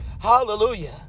Hallelujah